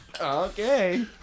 Okay